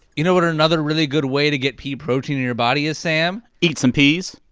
you know what another really good way to get pea protein in your body is, sam? eat some peas?